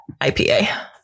ipa